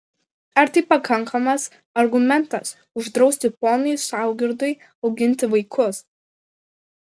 ar tai pakankamas argumentas uždrausti ponui saugirdui auginti vaikus